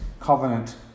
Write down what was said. covenant